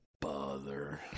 bother